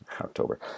October